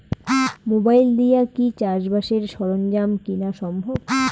Mobile দিয়া কি চাষবাসের সরঞ্জাম কিনা সম্ভব?